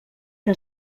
que